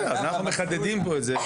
בסדר, אז אנחנו מחדדים פה את זה.